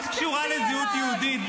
מה את קשורה לזהות יהודית?